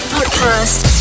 Podcast